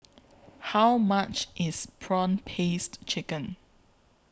How much IS Prawn Paste Chicken